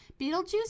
Beetlejuice